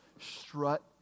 strut